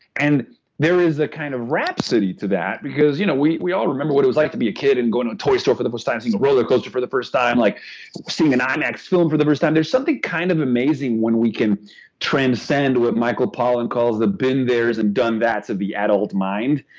and there is a kind of rhapsody to that because you know we we all remember what it was like to be a kid and go in a toy store for the first time and seeing a rollercoaster for the first time, like seeing an imax film for the first time. there's something kind of amazing when we can transcend what michael pollan calls the been theres and the done thats of the adult mind,